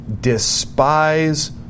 despise